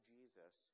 Jesus